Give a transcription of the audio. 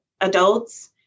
adults